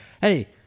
Hey